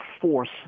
force